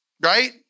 right